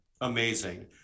amazing